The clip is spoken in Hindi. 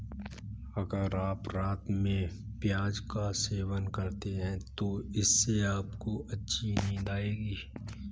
अगर आप रात में प्याज का सेवन करते हैं तो इससे आपको अच्छी नींद आएगी